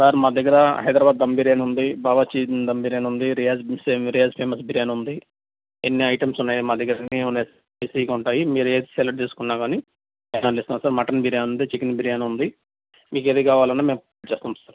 sir మా దగ్గర హైదరాబాదు దమ్ బిర్యానీ ఉంది బావార్చి దమ్ బిర్యానీ ఉంది రియాజ్ రియాజ్ ఫేమస్ బిర్యానీ ఉంది ఎన్ని ఐటమ్స్ ఉన్నాయో మా దగ్గర అన్ని ఉన్నాయి స్పైసీగా ఉంటాయి మీరేది సెలెక్ట్ చేసుకున్నా కాని మటన్ బిర్యానీ ఉంది చికెన్ బిర్యానీ ఉంది మీకు ఏది కావాలన్నా మేము ప్రొవైడ్ చేస్తాము సార్